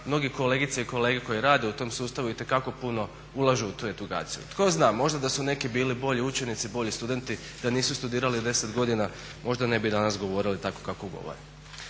mnoge kolegice i kolege koji rade u tom sustavu itekako puno ulažu u tu edukaciju. Tko zna, možda da su neki bili bolji učenici, bolji studenti, da nisu studirali 10 godina možda ne bi danas govorili tako kako govore.